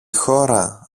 χώρα